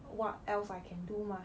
what else I can do mah